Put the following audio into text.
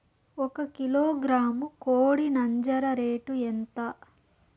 ఒక కిలోగ్రాము కోడి నంజర రేటు ఎంత?